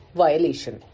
violation